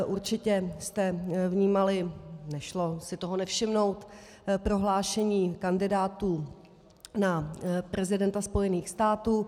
Určitě jste vnímali, nešlo si toho nevšimnout, prohlášení kandidátů na prezidenta spojených států.